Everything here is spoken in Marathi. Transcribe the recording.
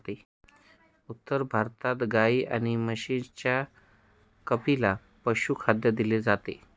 उत्तर भारतात गाई आणि म्हशींना कपिला पशुखाद्य दिले जाते